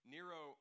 Nero